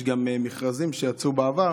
יש גם מכרזים שיצאו בעבר